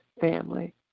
family